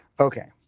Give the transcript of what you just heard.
ok,